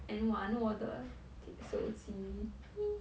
and 玩我的 di~ 手机 he